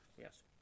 Yes